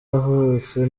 hose